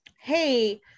Hey